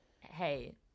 hey